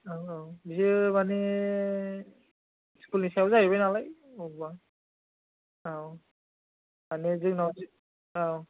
औ औ बियो मानि स्कुलनि सायाव जाहैबाय नालाय अब्बा औ मानि जोंनाव जि औ